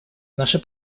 наше